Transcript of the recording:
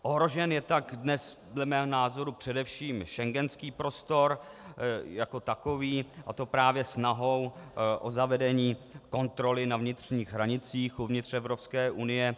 Ohrožen je tak dnes dle mého názoru především schengenský prostor jako takový, a to právě snahou o zavedení kontroly na vnitřních hranicích uvnitř Evropské unie.